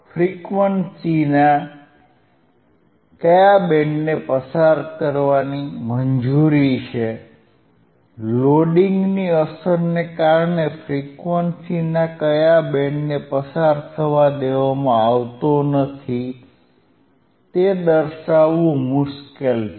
ફ્રીક્વન્સીના કયા બેન્ડને પસાર થવાની મંજૂરી છે લોડિંગની અસરને કારણે ફ્રીક્વન્સીના કયા બેન્ડને પસાર થવા દેવામાં આવતો નથી તે દર્શાવવું મુશ્કેલ છે